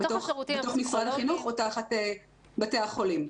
בתוך משרד החינוך או תחת בתי החולים?